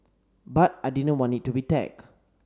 but I didn't want it to be tag